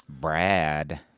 Brad